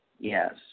Yes